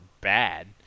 bad